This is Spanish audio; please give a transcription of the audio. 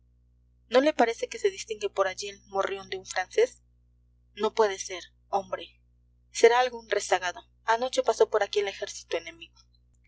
no le parece que se distingue por allí el morrión de un francés no puede ser hombre será algún rezagado anoche pasó por aquí el ejército enemigo